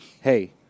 Hey